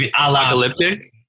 Apocalyptic